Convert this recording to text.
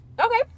Okay